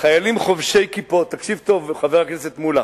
"חיילים חובשי כיפות" תקשיב טוב, חבר הכנסת מולה,